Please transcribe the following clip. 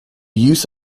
use